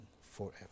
forever